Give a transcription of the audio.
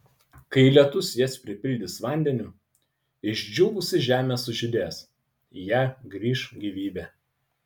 kai lietus jas pripildys vandeniu išdžiūvusi žemė sužydės į ją grįš gyvybė